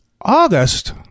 August